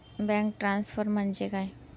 Bank transfer म्हणजे काय?